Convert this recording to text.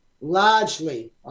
largely